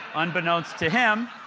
unbeknownst to him,